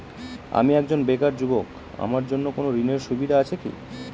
আমি একজন বেকার যুবক আমার জন্য কোন ঋণের সুবিধা আছে কি?